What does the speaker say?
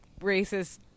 racist